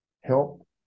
help